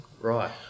Right